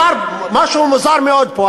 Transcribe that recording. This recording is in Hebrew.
משהו מוזר מאוד פה.